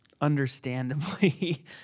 understandably